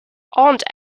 aunt